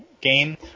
game